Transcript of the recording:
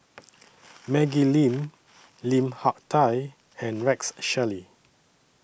Maggie Lim Lim Hak Tai and Rex Shelley